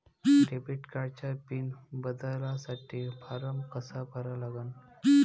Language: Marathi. डेबिट कार्डचा पिन बदलासाठी फारम कसा भरा लागन?